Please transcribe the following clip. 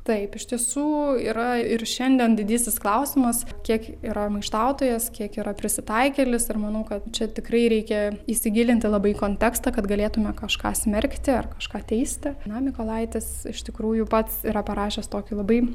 taip iš tiesų yra ir šiandien didysis klausimas kiek yra maištautojas kiek yra prisitaikėlis ir manau kad čia tikrai reikia įsigilinti labai į kontekstą kad galėtume kažką smerkti ar kažką teisti na mykolaitis iš tikrųjų pats yra parašęs tokį labai